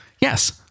Yes